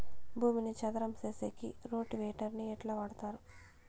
భూమిని చదరం సేసేకి రోటివేటర్ ని ఎట్లా వాడుతారు?